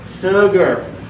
Sugar